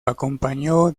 acompañó